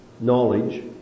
knowledge